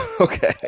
Okay